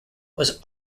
was